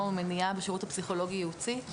ומניעה בשירות הפסיכולוגי-הייעוצי.